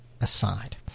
aside